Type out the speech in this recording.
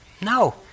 No